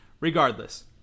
Regardless